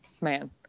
man